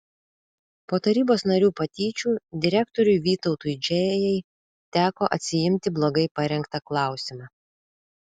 po tarybos narių patyčių direktoriui vytautui džėjai teko atsiimti blogai parengtą klausimą